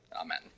Amen